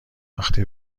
وقتی